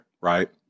right